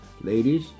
Ladies